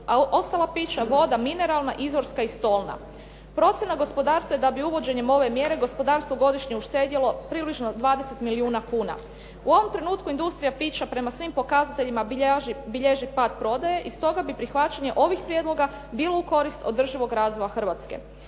ostala pića, voda mineralna, izvorska i stolna. Procjena gospodarstva je da bi uvođenjem ove mjere gospodarstvo godišnje uštedjelo približno 20 milijuna kuna. U ovom trenutku industrija pića prema svim pokazateljima bilježio pad prodaje i stoga bi prihvaćanje ovih prijedloga bilo u korist održivog razvoja Hrvatske.